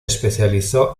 especializó